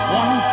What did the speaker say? one